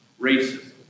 racism